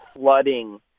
flooding